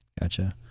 Gotcha